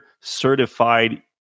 certified